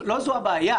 לא זו הבעיה.